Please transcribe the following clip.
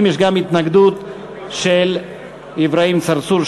ושירותים יש גם התנגדות של אברהים צרצור,